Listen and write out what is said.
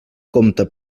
compte